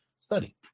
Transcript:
study